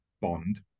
Bond